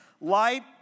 light